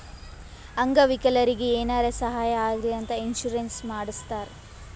ಅಂಗ ವಿಕಲರಿಗಿ ಏನಾರೇ ಸಾಹಾಯ ಆಗ್ಲಿ ಅಂತ ಇನ್ಸೂರೆನ್ಸ್ ಮಾಡಸ್ತಾರ್